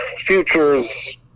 futures